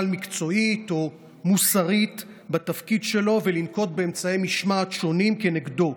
מקצועית או מוסרית בתפקיד שלו ולנקוט אמצעי משמעת שונים כנגדו,